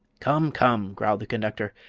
come, come! growled the conductor,